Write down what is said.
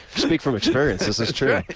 speak from experience. this is true.